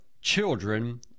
children